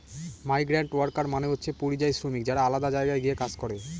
migrant worker মানে হচ্ছে পরিযায়ী শ্রমিক যারা আলাদা জায়গায় গিয়ে কাজ করে